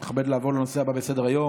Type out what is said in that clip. אני מתכבד לעבור לנושא הבא בסדר-היום: